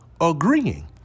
agreeing